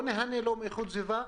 לא נהנה לא מאיכות סביבה,